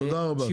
תודה רבה.